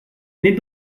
n’est